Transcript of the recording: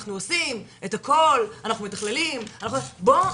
אנחנו עושים את הכל, אנחנו מתכללים, אנחנו - בוא.